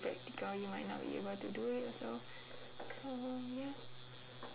practical you might not be able to do it also so ya